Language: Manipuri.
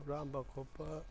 ꯍꯨꯔꯥꯟꯕ ꯈꯣꯠꯄ